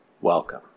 welcome